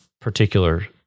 particular